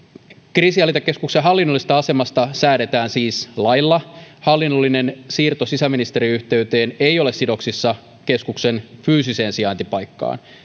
kriisinhallintakeskuksen hallinnollisesta asemasta säädetään siis lailla hallinnollinen siirto sisäministeriön yhteyteen ei ole sidoksissa keskuksen fyysiseen sijaintipaikkaan